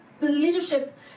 leadership